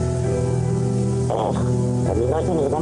אני מבקשת,